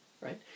right